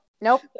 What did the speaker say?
nope